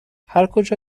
هرکجا